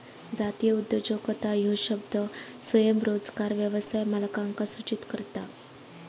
जातीय उद्योजकता ह्यो शब्द स्वयंरोजगार व्यवसाय मालकांका सूचित करता